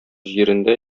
җирендә